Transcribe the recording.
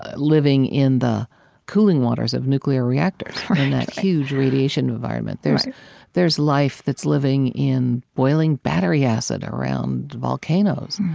ah living in the cooling waters of nuclear reactors, in that huge radiation environment. there's there's life that's living in boiling battery acid around volcanos.